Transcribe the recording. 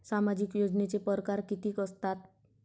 सामाजिक योजनेचे परकार कितीक असतात?